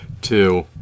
two